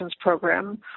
program